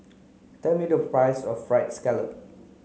tell me the price of fried scallop